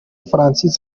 francis